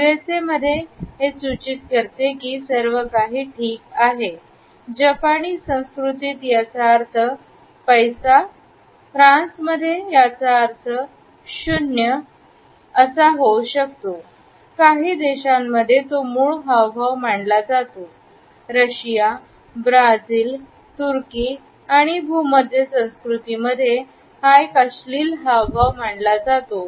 USA मध्ये हे सूचित करते की सर्वकाही 'ठीक आहे' जपानी संस्कृतीत त्याचा अर्थ आहे 'पैसा' फ्रान्समध्येयाचा अर्थ 'शून्य' असा होऊ शकतो काही देशांमध्ये तो मूळ हावभाव मानला जातो रशिया ब्राझील तुर्की आणि भूमध्य संस्कृती मध्ये हा एक अश्लील हावभाव मानला जातो